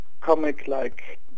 comic-like